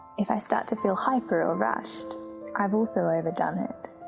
if i start to feel hyper or rushed i've also overdone it.